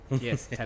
Yes